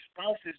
spouses